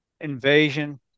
invasion